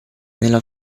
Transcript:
nella